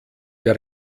der